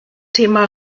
thema